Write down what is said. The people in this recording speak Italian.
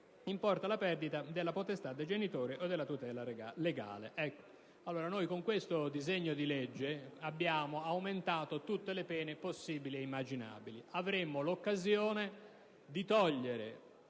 importa la perdita della potestà dei genitori o della tutela legale». Con questo disegno di legge abbiamo aumentato tutte le pene possibili e immaginabili; avremmo l'occasione di togliere